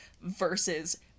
versus